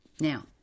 Now